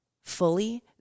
fully